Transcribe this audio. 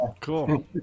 Cool